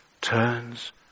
turns